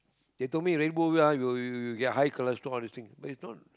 they told me Redbull ah you'll you'll got high cholesterol and all this thing but it's not